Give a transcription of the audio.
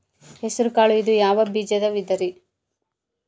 ಹೆಸರುಕಾಳು ಇದು ಯಾವ ಬೇಜದ ವಿಧರಿ?